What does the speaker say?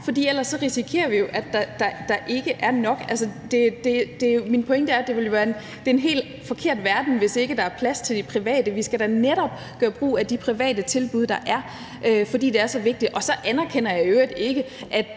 for ellers risikerer vi jo, at der ikke er nok. Min pointe er, at det ville være en helt forkert verden, hvis ikke der er plads til de private. Vi skal da netop gøre brug af de private tilbud, der er, fordi det er så vigtigt. Og så anerkender jeg i øvrigt ikke, at